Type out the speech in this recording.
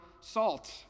salt